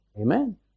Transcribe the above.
Amen